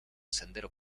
sendero